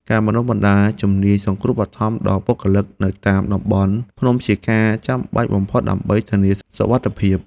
ការបណ្តុះបណ្តាលជំនាញសង្គ្រោះបឋមដល់បុគ្គលិកនៅតាមតំបន់ភ្នំជាការចាំបាច់បំផុតដើម្បីធានាសុវត្ថិភាព។